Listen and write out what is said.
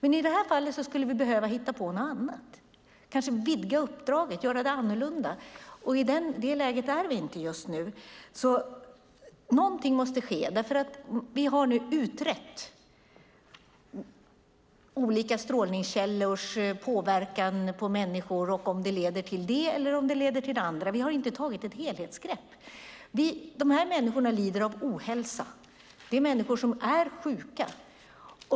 I det här fallet skulle vi behöva hitta på något annat. Vi kanske ska vidga uppdraget och göra det annorlunda. I det läget är vi inte just nu. Någonting måste ske. Vi har nu utrett olika strålningskällors påverkan på människor och om det leder till det ena eller det andra. Vi har inte tagit ett helhetsgrepp. Dessa människor lider av ohälsa. Det är människor som är sjuka.